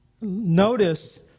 notice